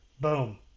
boom